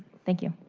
thank you.